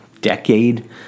decade